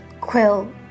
quill